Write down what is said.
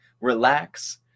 relax